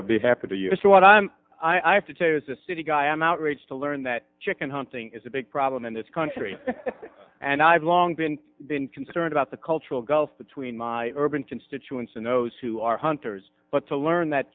i be happy to use what i'm i have to tell you as a city guy i'm outraged to learn that chicken hunting is a big problem in this country and i've long been concerned about the cultural gulf between my urban constituents and those who are hunters but to learn that